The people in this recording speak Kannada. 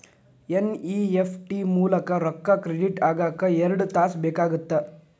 ಎನ್.ಇ.ಎಫ್.ಟಿ ಮೂಲಕ ರೊಕ್ಕಾ ಕ್ರೆಡಿಟ್ ಆಗಾಕ ಎರಡ್ ತಾಸ ಬೇಕಾಗತ್ತಾ